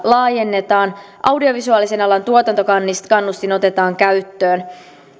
laajennetaan audiovisuaalisen alan tuotantokannustin otetaan käyttöön